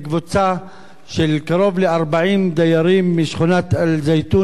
של קרוב ל-40 דיירים משכונת אל-זיתוני בכפר עוספיא,